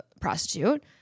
prostitute